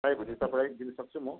चाहियो भने तपाईँलाई दिनु सक्छु म